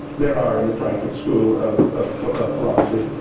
there are in the frankfurt school of of philosophy